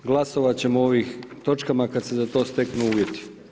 Glasovati ćemo ovih točkama kada se za to steknu uvjeti.